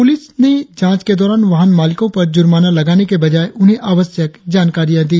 police ने जांच के दौरान वाहन मालिकों पर जुर्माना लगाने के वजाय उन्हें आवश्यक जानकारियां दी